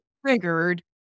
triggered